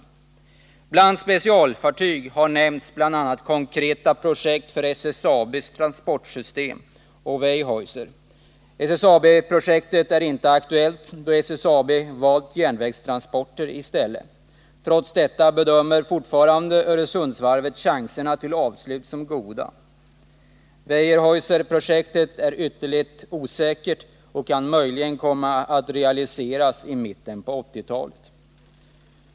När det gäller specialfartygen nämns som konkreta projekt SSAB:s transportsystem och Weyerhaeuser. SSAB-projektet är inte aktuellt, då SSAB valt järnvägstransporter i stället. Trots detta bedömer fortfarande Öresundsvarvet chanserna till avslut som goda. Weyerhaeuserprojektet är ytterligt osäkert och kan möjligen realiseras i mitten på 1980-talet.